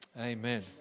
Amen